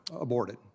aborted